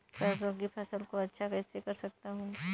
सरसो की फसल को अच्छा कैसे कर सकता हूँ?